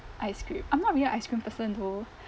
ice cream I'm not really ice cream person though